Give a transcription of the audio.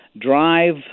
drive